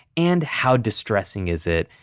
and how distressing is it?